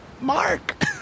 Mark